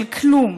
של כלום,